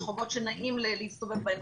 רחובות שנעים להסתובב בהם,